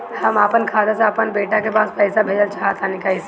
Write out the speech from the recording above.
हम आपन खाता से आपन बेटा के पास पईसा भेजल चाह तानि कइसे होई?